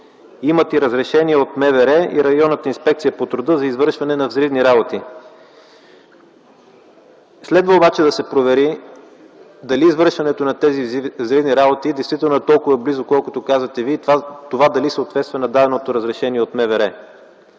имат и разрешение от МВР и районната инспекция по труда за извършване на взривни работи. Следва обаче да се провери дали извършването на тези взривни работи действително е толкова близо, колкото казахте Вие, и това дали съответства на даденото разрешение от МВР,